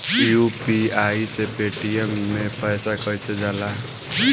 UPI से Paytm मे पैसा कइसे जाला?